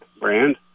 brand